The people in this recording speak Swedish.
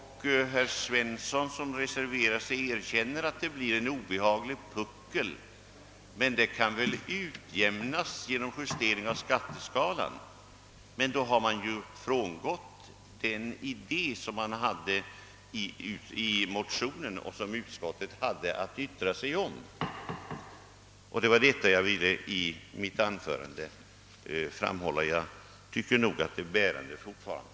Herr Svensson erkänner att det blir en obehaglig puckel i skatteskalan men säger att den kan väl utjämnas genom justering av skatteskalan. Då har man emellertid frångått den idé som ligger till grund för motionen och som utskottet hade att yttra sig om. Det var detta som jag i mitt anförande ville framhålla. Jag tycker nog att det skälet fortfarande är bärande.